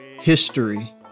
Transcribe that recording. history